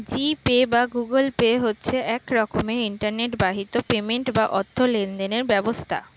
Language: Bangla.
জি পে বা গুগল পে হচ্ছে এক রকমের ইন্টারনেট বাহিত পেমেন্ট বা অর্থ লেনদেনের ব্যবস্থা